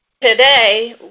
today